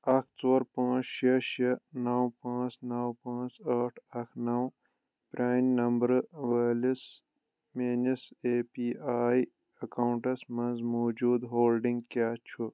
اکھ ژور پانٛژ شیٚے شیٚے نو پانٛژ نو پانٛژ ٲٹھ اکھ نو پرٲنہِ نمبرٕ وٲلِس میٲنِس اے پی آیۍ اکاونٹس منٛز موٗجوٗدٕ ہولڈنگ کیٛاہ چھُ